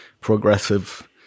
progressive